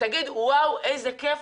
תגיד איזה כיף,